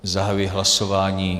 Zahajuji hlasování.